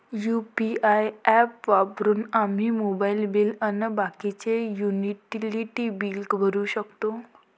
UPI app वापरून आम्ही mobile bill अन बाकीचे युटिलिटी बिल भरू शकतो